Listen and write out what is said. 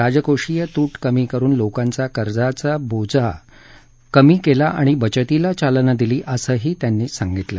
राजकोषीय तूट कमी करुन लोकांचा कर्जाचा बोजा कमी केला आणि बचतीला चालना दिली असंही ते म्हणाले